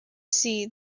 see